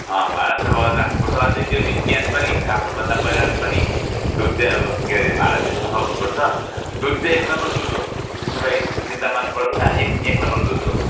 भाँडा सफा गरेर राख्नुपर्छ अझै त्यो दिन बिहान पनि थाप्नुभन्दा पहिला पनि दुध चाहिँ अब के अरे भाँडा ऩ सफा हुनुपर्छ दुध चाहिँ एक नम्बर दुध हो त्यसको लागि चिन्ता मान्नु पर्दैन एक एक नम्बर दुध हो